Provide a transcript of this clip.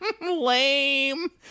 Lame